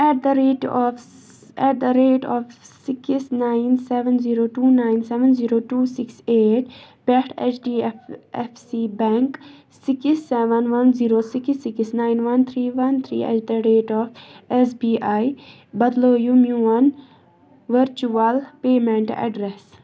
eight the rate of at the rate of six nine seven zero two nine seven zero two six eight پٮ۪ٹھ H D F F C bank six seven one zero six six nine one three one three at the rate of S B I بدلٲیِو میٛون virtual payment address